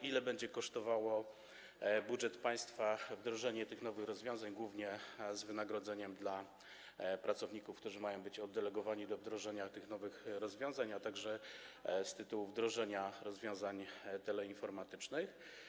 Ile będzie kosztowało budżet państwa wdrożenie tych nowych rozwiązań, głównie jeżeli chodzi o wynagrodzenie dla pracowników, którzy mają być oddelegowani do wdrożenia tych nowych rozwiązań, a także wdrożenie rozwiązań teleinformatycznych?